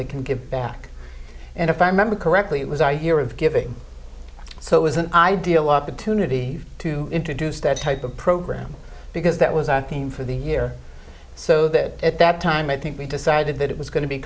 they can give back and if i remember correctly it was our year of giving so it was an ideal opportunity to introduce that type of program because that was our theme for the year so that at that time i think we decided that it was going to be